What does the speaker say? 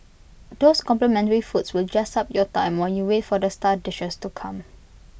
those complimentary foods will jazz up your time while you wait for the star dishes to come